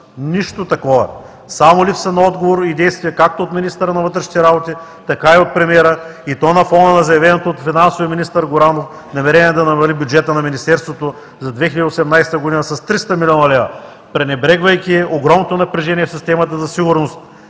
нищо такова! Само липса на отговори и действия както от министъра на вътрешните работи, така и от премиера, и то на фона на заявеното от финансовия министър Горанов намерение да намали бюджета на Министерството за 2018 г. с 300 млн. лв., пренебрегвайки огромното напрежение в системата за сигурност